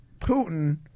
Putin